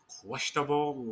questionable